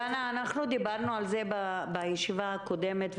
דנה, בישיבה הקודמת דיברנו על זה.